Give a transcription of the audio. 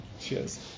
Cheers